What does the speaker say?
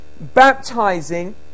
baptizing